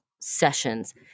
sessions